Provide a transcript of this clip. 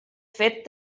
fet